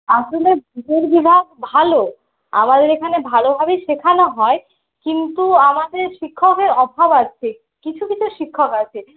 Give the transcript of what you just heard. আসলে ভূগোল বিভাগ ভালো আমাদের এখানে ভালোভাবেই শেখানো হয় কিন্তু আমাদের শিক্ষকের অভাব আছে কিছু কিছু শিক্ষক আছে